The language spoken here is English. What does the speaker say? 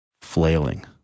flailing